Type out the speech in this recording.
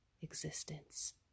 existence